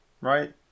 right